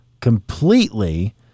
completely